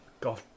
God